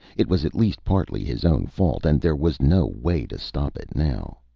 it was at least partly his own fault. and there was no way to stop it now.